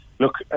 Look